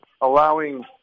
allowing